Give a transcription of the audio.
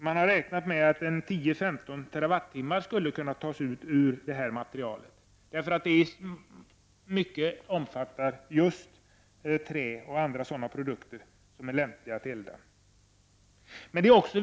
Man har räknat med att 10-15 TWh skulle kunna tas från detta material. Det omfattar nämligen i stor utsträckning just trä och andra produkter som är lämpliga att elda.